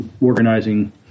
organizing